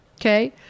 okay